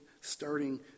starting